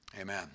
Amen